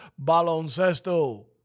baloncesto